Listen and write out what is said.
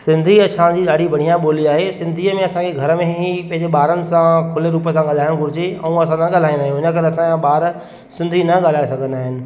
सिंधी असांजी ॾाढी बढ़िया ॿोली आहे सिंधीअ में असांजे घर में ई पंहिंजे ॿारनि सां खुले रूप सां ॻाल्हाइणु घुरिजे ऐं असां न ॻाल्हाईंदा आहियूं इन करे असांजा ॿार सिंधी न ॻाल्हाए सघंदा आहिनि